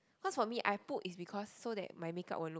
cause for me I put is because so that my makeup won't look